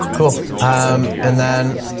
cool. um, and then